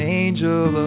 angel